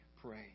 pray